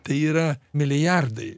tai yra milijardai